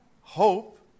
hope